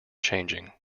changing